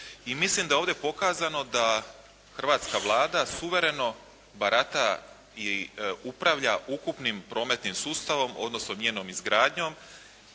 i mislim da je ovdje pokazano da hrvatska Vlada suvereno barata i upravlja ukupnim prometnim sustavom, odnosno njenom izgradnjom,